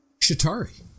Shatari